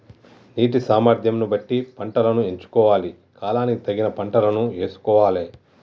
నీటి సామర్థ్యం ను బట్టి పంటలను ఎంచుకోవాలి, కాలానికి తగిన పంటలను యేసుకోవాలె